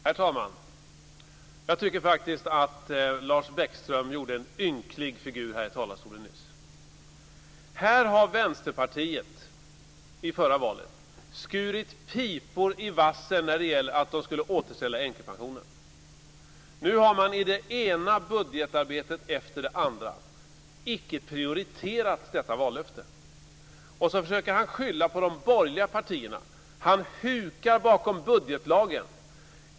Herr talman! Jag tycker faktiskt att Lars Bäckström gjorde en ynklig figur i talarstolen nyss. Här har Vänsterpartiet till förra valet skurit pipor i vassen när det gällt att återställa änkepensionen. Nu har man i det ena budgetarbetet efter det andra icke prioriterat detta vallöfte. Dessutom försöker han skylla på de borgerliga partierna. Han hukar bakom budgetlagen.